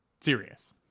Serious